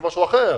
זה משהו אחר.